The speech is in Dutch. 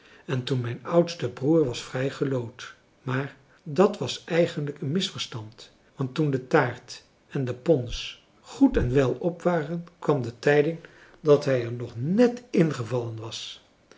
en toen mijn oudste broer was vrijgeloot maar dàt was eigenlijk een misverstand want toen de taart en de pons goed en wel op waren kwam de tijding dat hij er nog net ingevallen was